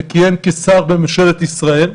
שכיהן כשר בממשלת ישראל.